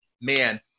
man